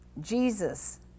Jesus